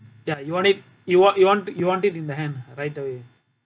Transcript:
ya you want it you want you want you want it in the hand right away